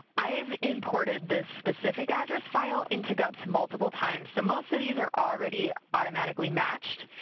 i've imported this specific address file into gups multiple times, so most of these are already automatically matched,